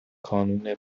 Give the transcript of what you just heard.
کانون